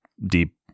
Deep